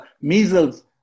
measles